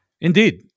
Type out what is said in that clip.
Indeed